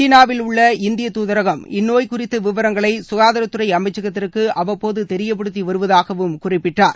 சீனாவில் உள்ள இந்தியத் துதரகம் இந்நோய் குறித்த விவரங்களை சுகாதாரத் துறை அமைச்சகத்திற்கு அவ்வபோது தெரியப்படுத்தி வருவதாக குறிப்பிட்டார்